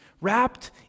wrapped